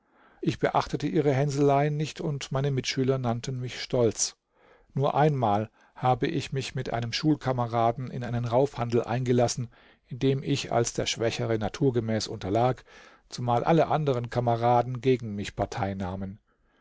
ich beachtete ihre hänseleien nicht und meine mitschüler nannten mich stolz nur einmal habe ich mich mit einem schulkameraden in einen raufhandel eingelassen in dem ich als der schwächere naturgemäß unterlag zumal alle anderen kameraden gegen mich